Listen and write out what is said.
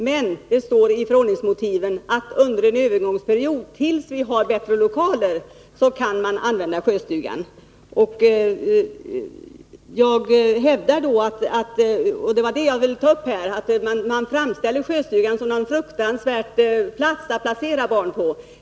Men det står i förordningsmotiven att under en övergångsperiod, tills vi har fått bättre lokaler, kan man Sjöstugan framställs som en fruktansvärd plats att placera barn på.